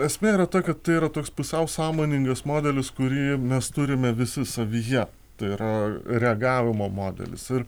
esmė yra ta kad tai yra toks pusiau sąmoningas modelis kurį mes turime visi savyje tai yra reagavimo modelis ir